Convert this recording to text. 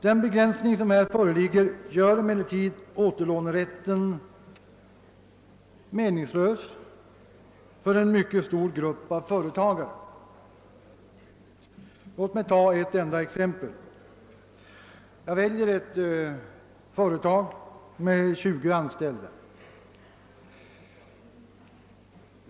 Den begränsning som föreligger gör emellertid återlånerätten meningslös för en mycket stor grupp av företagare. Låt mig ta ett enda exempel; jag väljer ett företag med tjugo anställda.